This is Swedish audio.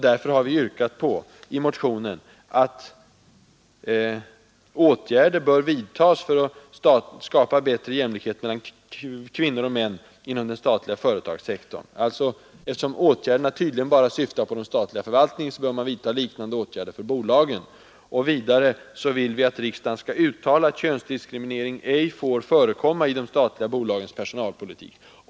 Därför har vi i motionen yrkat att åtgärder bör vidtas för att skapa bättre jämlikhet mellan kvinnor och män inom den statliga företagssektorn. Eftersom åtgärderna tydligen bara syftar på den statliga förvaltningen, bör man vidta liknande åtgärder för bolagen. Vidare vill vi att riksdagen skall uttala att könsdiskriminering ej får förekomma i de statliga bolagens personalpolitik.